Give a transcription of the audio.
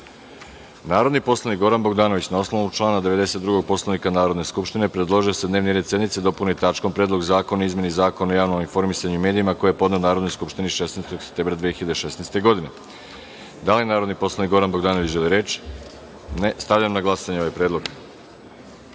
predlog. Narodni poslanik Goran Bogdanović, na ovnovu člana 92. Poslovnika Narodne skupštine, predložio je da se dnevni red sednice dopuni tačkom Predlog zakona o izmeni Zakona o javnom informisanju i medijima, koji je podneo Narodnoj skupštini 16. septembra 2016. godine. Da li narodni poslanik Goran Bogdanović želi reč? (Ne.)Stavljam na glasanje ovaj